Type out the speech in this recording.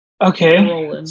Okay